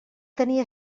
tenia